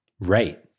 right